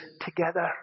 together